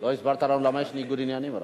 רק לא הסברת לנו למה יש ניגוד עניינים.